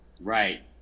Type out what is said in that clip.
Right